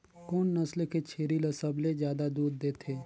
कोन नस्ल के छेरी ल सबले ज्यादा दूध देथे?